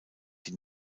die